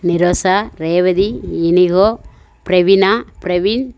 Nirosha Revathi Inigo Praveena Praveen